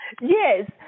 Yes